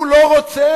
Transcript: הוא לא רוצה.